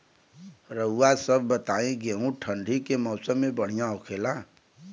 रउआ सभ बताई गेहूँ ठंडी के मौसम में बढ़ियां होखेला?